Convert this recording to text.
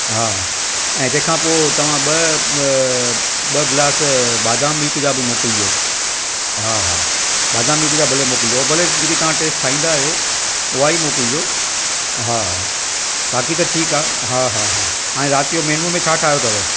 हा ऐं तंहिं खां पोइ तव्हां ॿ ॿ गिलास बादाम मिल्क जा बि मोकिलिजो हा हा बादाम मिल्क जा भले मोकिलिजो भले जेके तव्हां टेस्ट ठाहींदा आहियो उहो ई मोकिलिजो हा बाक़ी त ठीकु आहे हा हा हाणे राति जे मेन्यू में छा ठाहियो अथव